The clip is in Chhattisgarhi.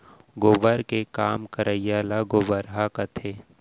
गोबर के काम करइया ल गोबरहा कथें